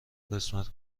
قسمت